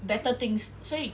better things 所以